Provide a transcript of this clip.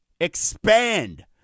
expand